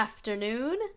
Afternoon